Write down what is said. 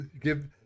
give